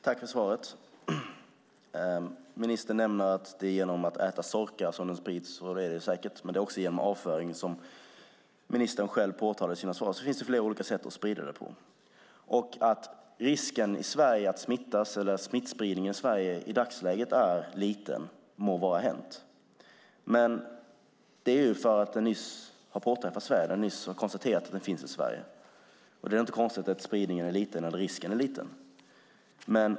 Fru talman! Ministern nämner att det är genom att hunden äter sorkar som smittan sprids, men det är också genom avföring, vilket ministern själv påtalar i sitt svar. Det finns flera sätt som det kan spridas på. Det må så vara att risken för smittspridning i dagsläget är liten i Sverige. Det beror ju på att det nyss har konstaterats att smittan finns i Sverige. Det är därför inte konstigt att spridningen och risken är liten.